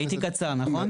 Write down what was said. הייתי קצר, נכון?